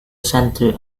centre